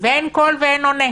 ואין קול ואין עונה.